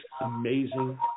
amazing